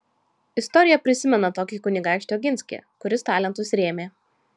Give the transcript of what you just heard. istorija prisimena tokį kunigaikštį oginskį kuris talentus rėmė